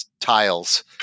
tiles